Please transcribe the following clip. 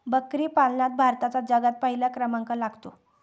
बकरी पालनात भारताचा जगात पहिला क्रमांक लागतो